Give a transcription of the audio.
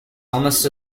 almost